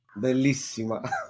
bellissima